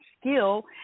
skill